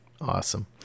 awesome